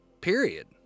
Period